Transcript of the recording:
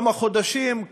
כמה חודשים,